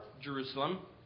Jerusalem